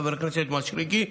חבר הכנסת מישרקי.